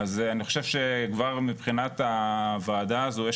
אז אני חושב שכבר מבחינת הוועדה הזאת יש